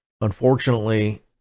unfortunately